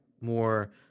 more